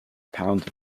pound